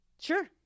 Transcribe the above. sure